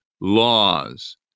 laws